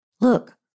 look